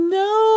no